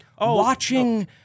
watching